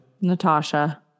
Natasha